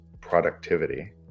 productivity